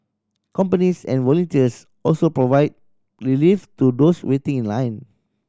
companies and volunteers also provide relief to those waiting in line